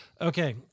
okay